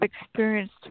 experienced